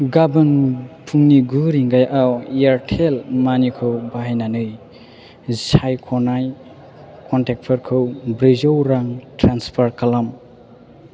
गाबोन फुंनि गु रिंगायाव एयारटेल मानिखौ बाहायनानै सायख'नाय कनटेक्टफोरखौ ब्रैजौ रां ट्रेन्सफार खालाम